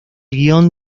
guion